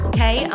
Okay